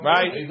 Right